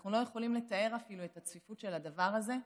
אנחנו לא יכולים לתאר אפילו את הצפיפות של הדבר הזה.